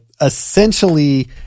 essentially